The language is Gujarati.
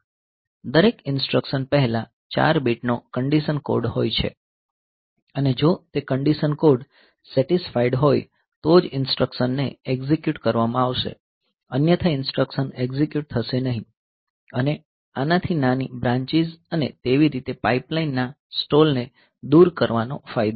દરેક ઇન્સટ્રકશન પહેલાં 4 બીટનો કંડિશન કોડ હોય છે અને જો તે કંડિશન કોડ સેટિસ્ફાઇડ હોય તો જ ઇન્સટ્રકશનને એકઝીક્યુટ કરવામાં આવશે અન્યથા ઇન્સટ્રકશન એકઝીક્યુટ થશે નહીં અને આનાથી નાની બ્રાંચીઝ અને તેવી રીતે પાઇપલાઇન ના સ્ટોલ ને દૂર કરવાનો ફાયદો છે